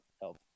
help